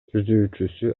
түзүүчүсү